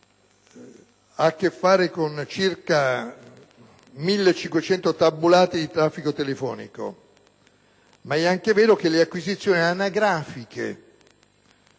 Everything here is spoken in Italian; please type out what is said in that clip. ha a che fare con circa 1500 tabulati di traffico telefonico, ma è anche vero che le acquisizioni anagrafiche